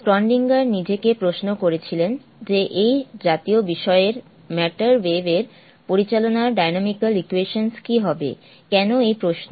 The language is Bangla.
স্ক্রডিঙ্গার নিজেকে প্রশ্ন করেছিলেন যে এই জাতীয় বিষয়ের ম্যাটার ওয়েভ এর পরিচালনার ডাইনামিকাল ইকুয়েশনস কী হবে কেন এই প্রশ্ন